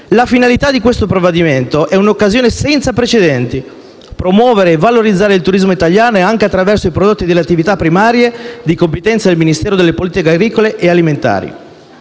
in discussione rappresenta un'occasione senza precedenti: promuovere e valorizzare il turismo italiano anche attraverso i prodotti delle attività primarie, di competenza del Ministero delle politiche agricole alimentari